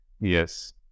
yes